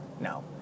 no